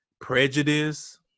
prejudice